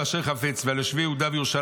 על אשר חפץ ועל יושבי יהודה וירושלים.